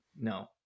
no